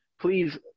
Please